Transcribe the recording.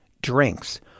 drinks